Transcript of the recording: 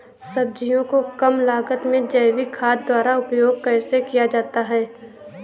सब्जियों को कम लागत में जैविक खाद द्वारा उपयोग कैसे किया जाता है?